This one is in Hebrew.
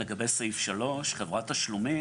לגבי סעיף (3), חברת תשלומים: